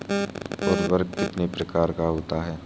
उर्वरक कितने प्रकार का होता है?